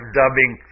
dubbing